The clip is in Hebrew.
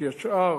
כי השאר